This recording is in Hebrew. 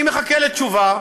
אני מחכה לתשובה,